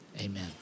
amen